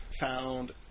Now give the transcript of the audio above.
found